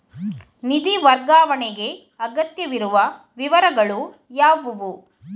ನಿಧಿ ವರ್ಗಾವಣೆಗೆ ಅಗತ್ಯವಿರುವ ವಿವರಗಳು ಯಾವುವು?